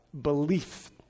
Belief